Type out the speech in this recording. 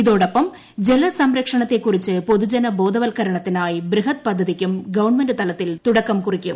ഇതോടൊപ്പം ജലസംരക്ഷണത്തെ കുറിച്ച് പൊതുജന ബോധവൽക്കരണത്തിനായി ബൃഹത് പദ്ധതിയ്ക്കും ഗവൺമെന്റ് തലത്തിൽ തുടക്കം കുറിക്കും